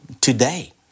today